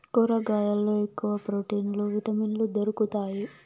కూరగాయల్లో ఎక్కువ ప్రోటీన్లు విటమిన్లు దొరుకుతాయి